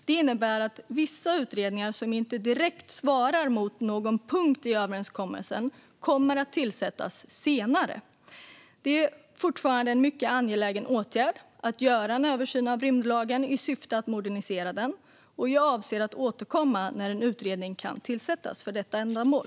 Det innebär att vissa utredningar som inte direkt svarar mot någon punkt i överenskommelsen kommer att tillsättas senare. Det är fortfarande en mycket angelägen åtgärd att göra en översyn av rymdlagen i syfte att modernisera den. Jag avser att återkomma när en utredning kan tillsättas för detta ändamål.